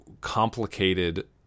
complicated